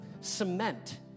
cement